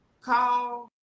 call